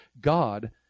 God